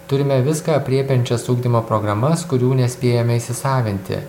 turime viską aprėpiančias ugdymo programas kurių nespėjome įsisavinti